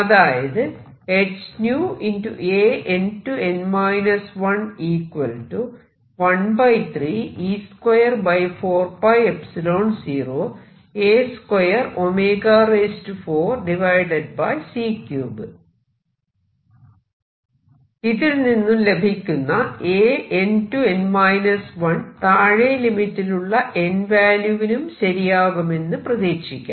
അതായത് ഇതിൽ നിന്നും ലഭിക്കുന്ന An→n 1 താഴെ ലിമിറ്റിലുള്ള n വാല്യൂവിനും ശരിയാകുമെന്ന് പ്രതീക്ഷിക്കാം